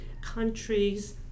countries